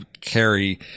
carry